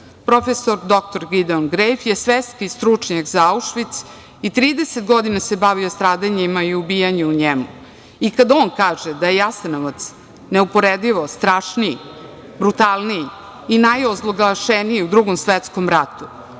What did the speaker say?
Profesor dr Gideon Grajf je svetski stručnjak za Aušvic i 30 godina se bavio stradanjima i ubijanju u njemu i kada on kaže da je Jasenovac neuporedivo strašniji, brutalniji i najozloglašeniji u Drugom svetskom ratu,